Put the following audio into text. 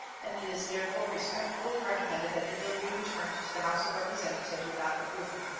and it is therefore respectfully recommended that the bill be returned to the house of representatives without approval.